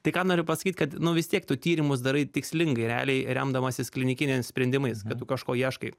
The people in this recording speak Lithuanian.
tai ką noriu pasakyt kad nu vis tiek tu tyrimus darai tikslingai realiai remdamasis klinikiniais sprendimais kad tu kažko ieškai